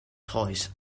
toys